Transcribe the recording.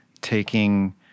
taking